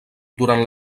durant